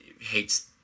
hates